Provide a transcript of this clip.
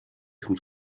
goed